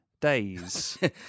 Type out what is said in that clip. days